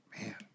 Man